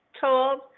told